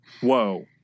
Whoa